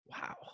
Wow